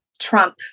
trump